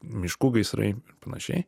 miškų gaisrai panašiai